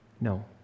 No